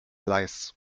gleis